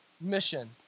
mission